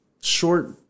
short